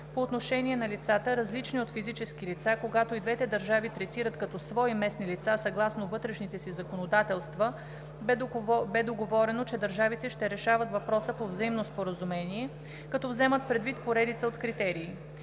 по отношение на лицата, различни от физически лица, когато и двете държави третират като свои местни лица съгласно вътрешните си законодателства, бе договорено, че държавите ще решават въпроса по взаимно споразумение, като вземат предвид поредица от критерии.